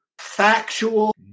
factual